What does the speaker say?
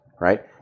Right